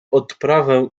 odprawę